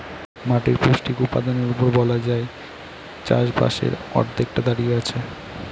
মাটির পৌষ্টিক উপাদানের উপরেই বলা যায় চাষবাসের অর্ধেকটা দাঁড়িয়ে আছে